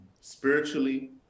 Spiritually